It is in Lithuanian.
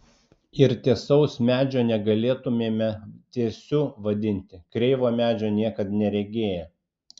ir tiesaus medžio negalėtumėme tiesiu vadinti kreivo medžio niekad neregėję